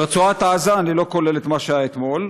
ברצועת עזה, אני לא כולל את מה שהיה אתמול,